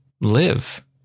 live